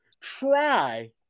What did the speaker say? try